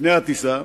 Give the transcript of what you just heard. לפני הטיסה,